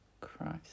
Christ